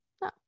No